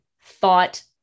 thought